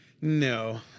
No